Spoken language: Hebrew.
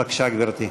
בבקשה, גברתי.